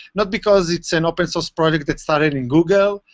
not because it's an open source project that started in google,